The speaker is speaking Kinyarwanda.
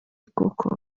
koko